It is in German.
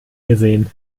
gesehen